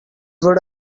would